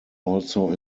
also